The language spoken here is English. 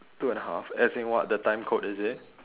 two and a half as in what the time quote is it